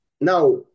Now